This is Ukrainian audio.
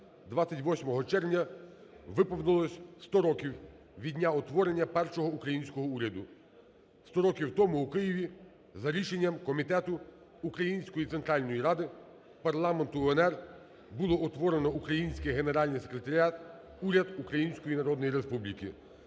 28 червня виповнилося 100 років від дня утворення першого українського уряду. Сто років тому у Києві за рішенням Комітету Української Центральної Ради, парламенту УНР було утворено український Генеральний Секретаріат - Уряд Української Народної Республіки.